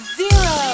zero